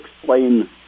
explain